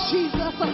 Jesus